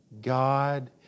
God